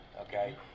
Okay